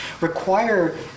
require